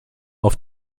auf